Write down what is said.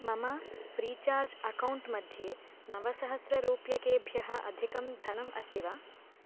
मम free charge account मध्ये नवसहस्ररूप्यकेभ्यः अधिकं धनम् अस्ति वा